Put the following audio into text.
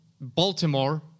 Baltimore